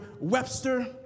Webster